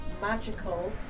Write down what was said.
magical